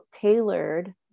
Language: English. tailored